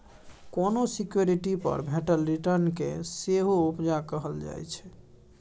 कोनो सिक्युरिटी पर भेटल रिटर्न केँ सेहो उपजा कहल जाइ छै